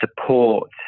support